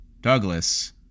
Douglas